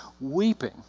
weeping